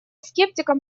скептикам